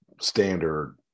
standard